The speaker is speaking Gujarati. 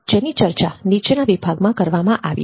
જેની ચર્ચા નીચેના વિભાગમાં કરવામાં આવી છે